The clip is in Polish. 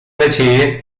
nadzieję